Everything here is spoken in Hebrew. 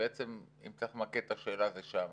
הפקודות אומרות שלא מקיימים קשר ישיר